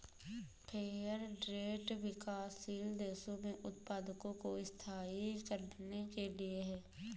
fair trade विकासशील देशों में उत्पादकों को स्थायी करने के लिए है